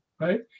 Right